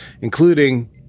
Including